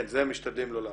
כן, זה הם משתדלים לא להראות.